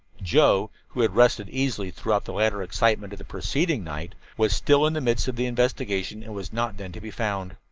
joe, who had rested easily throughout the later excitement of the preceding night, was still in the midst of the investigation and was not then to be found.